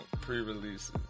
pre-releases